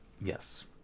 yes